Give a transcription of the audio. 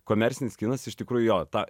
komercinis kinas iš tikrųjų jo tą